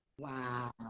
Wow